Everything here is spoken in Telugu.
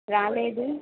రాలేదు